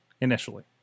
initially